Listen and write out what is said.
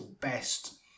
best